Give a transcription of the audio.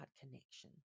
connection